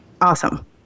awesome